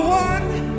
one